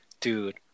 Dude